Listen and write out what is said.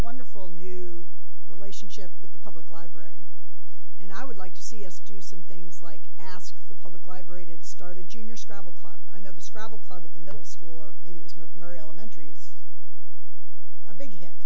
wonderful new relationship with the public library and i would like to see us do some things like ask the public library to start a junior scrabble club another scrabble club at the middle school or maybe it's mcmurray elementary is a big hit